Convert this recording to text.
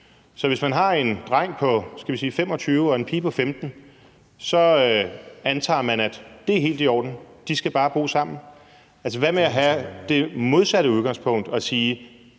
Så hvis man har en dreng på, skal vi sige 25 år, og en pige på 15 år, så antager man, at det er helt i orden; de skal bare bo sammen. Altså, hvad med at have det modsatte udgangspunkt og sige: